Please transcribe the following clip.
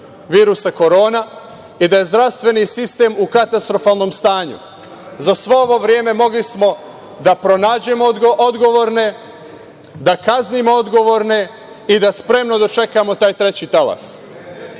virusa Korona i da je zdravstveni sistem u katastrofalnom stanju. Za svo ovo vreme mogli smo da pronađemo odgovorne, da kaznimo odgovorne i da spremno dočekamo taj treći talas.U